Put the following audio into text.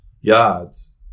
yards